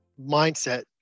mindset